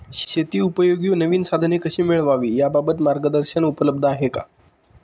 शेतीउपयोगी नवीन साधने कशी मिळवावी याबाबत मार्गदर्शन उपलब्ध आहे का?